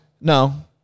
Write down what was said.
No